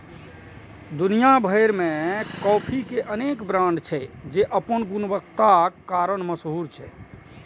दुनिया भरि मे कॉफी के अनेक ब्रांड छै, जे अपन गुणवत्ताक कारण मशहूर छै